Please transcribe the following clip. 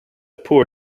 poor